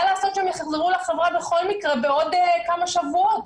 מה לעשות שהם יחזרו לחברה בכל מקרה בעוד כמה שבועות,